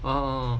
oh